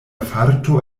farto